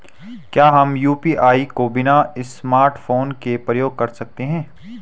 क्या हम यु.पी.आई को बिना स्मार्टफ़ोन के प्रयोग कर सकते हैं?